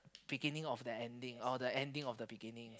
beginning of the ending or the ending of the beginnings